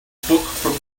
from